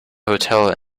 hotel